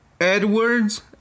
Edwards